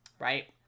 right